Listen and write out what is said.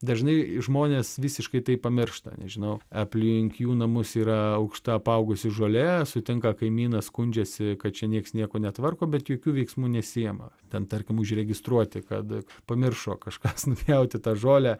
dažnai žmonės visiškai tai pamiršta nežinau aplink jų namus yra aukšta apaugusi žolė sutinka kaimyną skundžiasi kad čia nieks nieko netvarko bet jokių veiksmų nesiima ten tarkim užregistruoti kad pamiršo kažkas nupjauti tą žolę